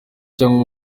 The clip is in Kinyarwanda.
cyangwa